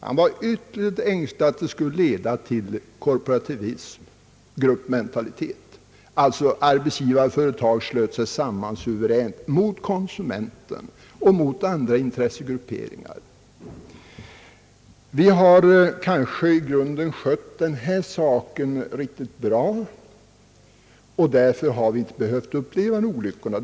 Han var ytterligt ängslig för att det skulle leda till korporativism, gruppmentalitet — dvs. att arbetsgivarföretag sluter sig samman suveränt mot konsumenter och mot andra samhällsgrupper. Vi har kanske i grunden skött denna sak riktigt bra. Därför har vi inte behövt uppleva sådana olyckor.